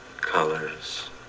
colors